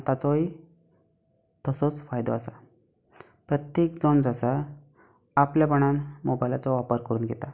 आनी ताचोय तसोच फायदो आसा प्रत्येक जाण जो आसा आपल्यापणान मोबायलाचो वापर करून घेता